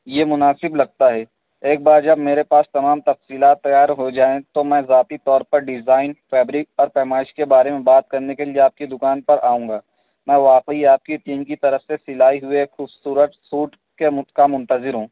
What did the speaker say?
یہ مناسب لگتا ہے ایک بار جب میرے پاس تمام تفصیلات تیار ہو جائیں تو میں ذاتی طور پر ڈیزائن فیبرک اور پیمائش کے بارے میں بات کرنے کے لیے آپ کی دوکان پر آؤں گا میں واقعی آپ کی ٹیم کی طرف سے سلائی ہوئے خوبصورت سوٹ کے من کا منتظر ہوں